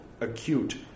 acute